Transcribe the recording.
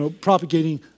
propagating